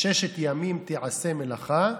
"ששת ימים תעשה מלאכה